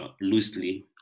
loosely